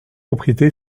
propriété